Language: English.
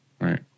Right